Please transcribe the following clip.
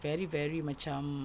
very very macam